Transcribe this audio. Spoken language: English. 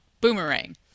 Boomerang